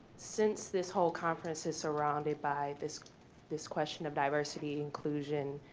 since this whole conference is surrounded by this this question of diversity, inclusion,